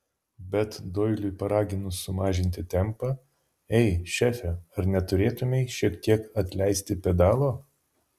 bet doiliui paraginus sumažinti tempą ei šefe ar neturėtumei šiek tiek atleisti pedalo